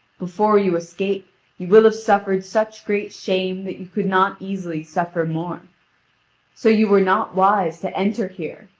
before you escape you will have suffered such great shame that you could not easily suffer more so you were not wise to enter here,